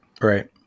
Right